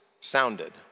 sounded